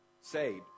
saved